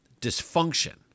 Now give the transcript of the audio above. dysfunction